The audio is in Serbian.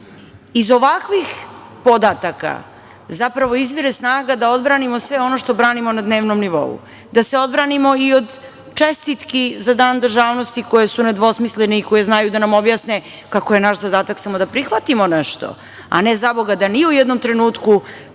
Iz ovakvih podataka, zapravo izvire snaga da odbranimo sve ono što branimo na dnevnom nivou, da se odbranimo i od čestitki za Dan državnosti, koje su nedvosmisleni i koji znaju da nam objasne kako je naš zadatak samo da prihvatimo nešto, a ne zaboga da ni u jednom trenutku